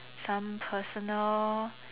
some personal